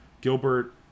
Gilbert